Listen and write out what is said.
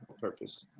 purpose